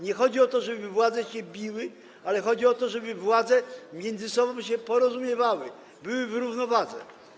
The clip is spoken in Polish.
Nie chodzi o to, żeby władze się biły, ale chodzi o to, żeby władze się między sobą porozumiewały, były w równowadze.